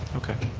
okay,